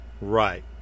Right